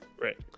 Right